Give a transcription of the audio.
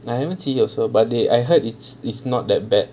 I never see also but they I heard is is not that bad